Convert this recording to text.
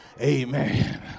Amen